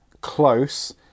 Close